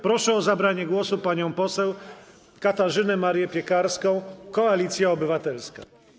Proszę o zabranie głosu panią poseł Katarzynę Marię Piekarską, Koalicja Obywatelska.